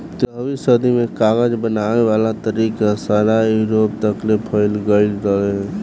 तेरहवीं सदी में कागज बनावे वाला तरीका सारा यूरोप तकले फईल गइल रहे